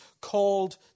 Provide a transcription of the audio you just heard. called